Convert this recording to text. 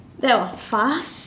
that was fast